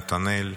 נתנאל,